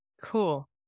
Cool